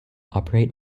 operate